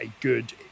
good